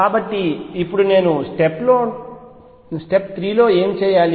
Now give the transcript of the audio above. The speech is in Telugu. కాబట్టి ఇప్పుడు నేను స్టెప్ లోన్ 3 ఏమి చేయాలి